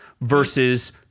versus